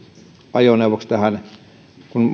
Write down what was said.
ajoneuvoksi kun